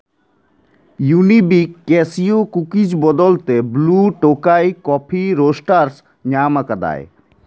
ᱤᱭᱩᱱᱤᱵᱤᱠ cashew cookies ᱵᱚᱫᱚᱞᱛᱮ blue Tokai coffee roaster ᱧᱟᱢ ᱟᱠᱟᱫᱟᱭ